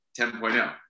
10.0